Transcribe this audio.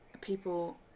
people